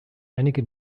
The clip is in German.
einige